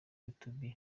youtube